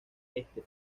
este